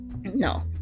No